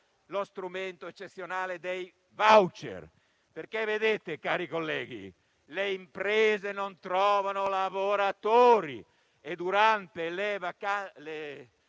lo strumento eccezionale dei *voucher*. Onorevoli colleghi, le imprese non trovano lavoratori e durante le vacanze